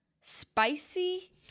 spicy